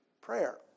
prayer